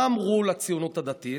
מה אמרו לציונות הדתית?